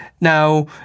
Now